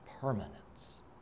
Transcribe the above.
permanence